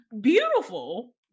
Beautiful